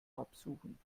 absuchen